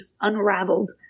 unraveled